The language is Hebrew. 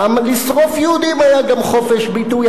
פעם לשרוף יהודים היה גם חופש ביטוי.